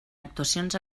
actuacions